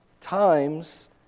times